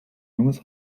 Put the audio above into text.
junges